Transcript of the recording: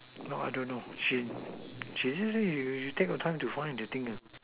no I don't know she she just say you take your time to find the thing